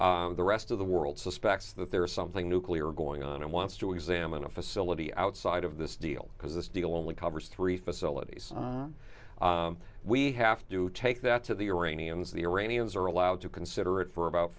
the rest of the world suspects that there is something nuclear going on and wants to examine a facility outside of this deal because this deal only covers three facilities we have to take that to the iranians the iranians are allowed to consider it for about